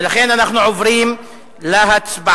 ולכן אנחנו עוברים להצבעה